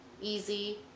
easy